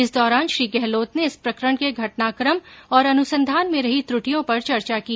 इस दौरान श्री गहलोत ने इस प्रकरण के घटनाक्रम और अनुसंधान में रही त्रुटियों पर चर्चा की